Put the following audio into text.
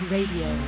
Radio